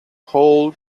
whole